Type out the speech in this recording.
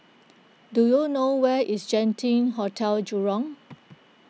do you know where is Genting Hotel Jurong